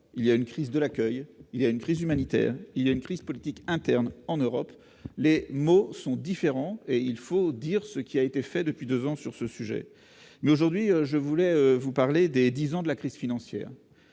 mais une crise de l'accueil, une crise humanitaire, une crise politique interne en Europe. Les maux sont différents, et il faut dire ce qui a été réalisé depuis deux ans sur ce sujet. Aujourd'hui, je voulais vous parler des dix ans de la crise financière,